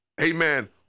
Amen